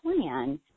plan